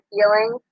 feeling